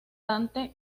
dante